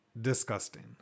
disgusting